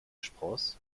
spross